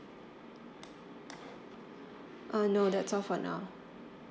uh no that's all for now